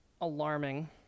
alarming